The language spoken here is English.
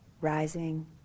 rising